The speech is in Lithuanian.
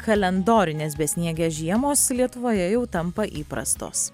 kalendorinės besniegės žiemos lietuvoje jau tampa įprastos